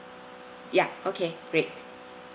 ya okay great